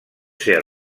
ser